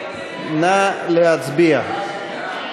נא להצביע.